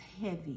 heavy